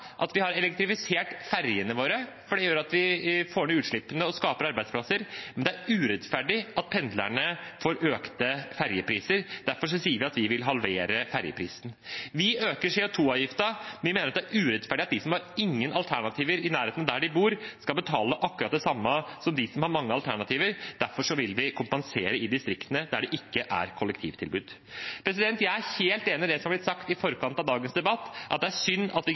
gjør at vi får ned utslippene og skaper arbeidsplasser, men det er urettferdig at pendlerne får økte ferjepriser. Derfor sier vi at vi vil halvere ferjeprisene. Vi øker CO 2 -avgiften, for vi mener det er urettferdig at de som ikke har alternativer i nærheten av der de bor, skal betale akkurat det samme som dem som har mange alternativer. Derfor vil vi kompensere i distriktene der det ikke er kollektivtilbud. Jeg er helt enig i det som er blitt sagt i forkant av dagens debatt, at det er synd at vi